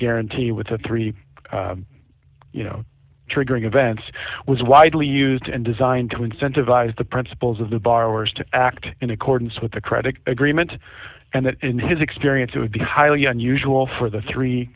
guarantee with the three you know triggering events was widely used and designed to incentivize the principals of the borrowers to act in accordance with the credit agreement and that in his experience it would be highly unusual for the three